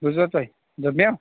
بوٗزوا تۄہہِ دوٚپمو